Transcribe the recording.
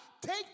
take